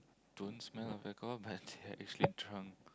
don't smell of alcohol but they are actually drunk